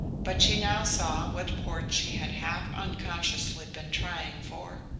but she now saw what port she had half-unconsciously been trying for.